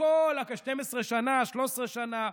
הכול, 12 שנה, 13 שנה.